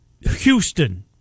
Houston